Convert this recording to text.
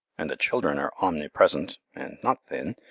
and the children are omnipresent and not thin,